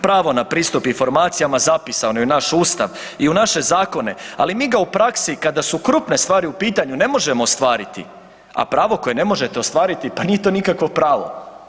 Pravo na pristup informacijama zapisano je u naš Ustav i u naše zakone, ali mi ga u praksi kada su krupne stvari u pitanju ne možemo ostvariti, a pravo koje ne možete ostvariti, pa nije to nikakvo pravo.